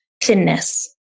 thinness